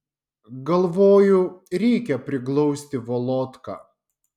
galvoju reikia priglausti volodką